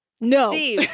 no